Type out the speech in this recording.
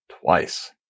twice